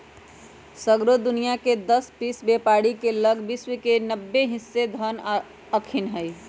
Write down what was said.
सगरो दुनियाँके दस हिस बेपारी के लग विश्व के नब्बे हिस धन अखनि हई